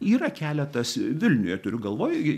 yra keletas vilniuje turiu galvoj